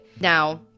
now